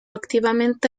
activamente